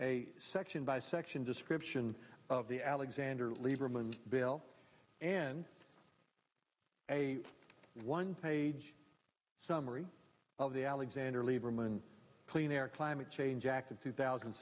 a section by section description of the alexander lieberman bill and a one page summary of the alexander lieberman clean air climate change act of two thousand